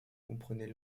comprenait